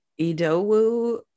Idowu